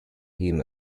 him